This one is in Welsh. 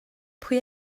pwy